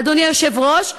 אדוני היושב-ראש,